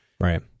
right